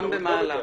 גם במהלך.